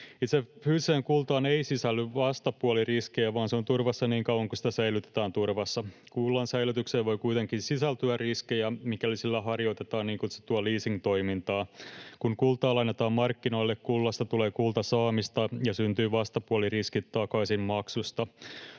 Itse fyysiseen kultaan ei sisälly vastapuoliriskiä, vaan se on turvassa niin kauan kuin sitä säilytetään turvassa. Kullan säilytykseen voi kuitenkin sisältyä riskejä, mikäli sillä harjoitetaan niin kutsuttua leasingtoimintaa. Kun kultaa lainataan markkinoille, kullasta tulee kultasaamista ja syntyy vastapuoliriski takaisinmaksusta.